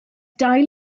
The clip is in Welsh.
dail